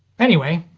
anyway,